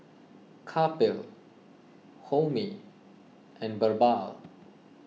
Kapil Homi and Birbal